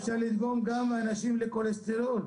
אפשר לדגום גם אנשים לכולסטרול.